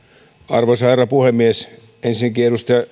arvoisa herra puhemies ensinnäkin